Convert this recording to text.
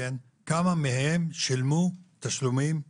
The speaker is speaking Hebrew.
כמה מהם שילמו תשלומים גבוהים,